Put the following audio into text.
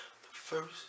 first